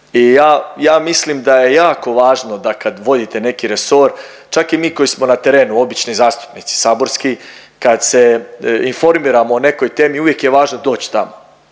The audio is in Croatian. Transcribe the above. ja mislim da je jako važno da kad vodite neki resor čak i mi koji smo na terenu obični zastupnici saborski, kad se informiramo o nekoj temi uvijek je važno doći tamo,